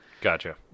Gotcha